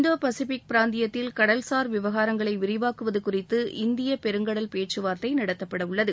இந்தோ Pacific பிராந்தியத்தில் கடல்சார் விவகாரங்களை விரிவாக்குவது குறித்து இந்தியப் பெருங்கடல் பேச்சுவார்த்தைகள் நடத்தப்படவுள்ளது